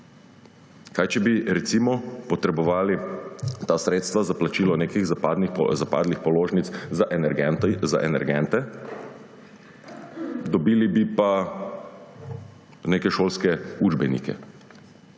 Kaj če bi recimo potrebovali ta sredstva za plačilo nekih zapadlih položnic za energente, dobili bi pa neke šolske učbenike?